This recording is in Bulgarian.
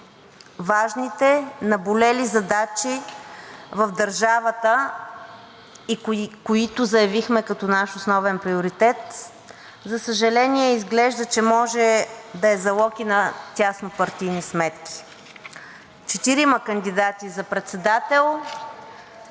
важните, наболели задачи в държавата, които заявихме като наш основен приоритет, за съжаление, изглежда, че може да е залог и на тяснопартийни сметки. Четирима кандидати за председател,